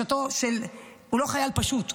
הוא לא חייל פשוט,